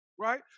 Right